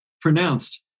pronounced